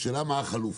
השאלה היא מהן החלופות?